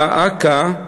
דא עקא,